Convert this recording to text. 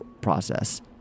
process